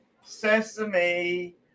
sesame